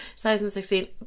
2016